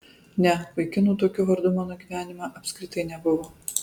ne vaikinų tokiu vardu mano gyvenime apskritai nebuvo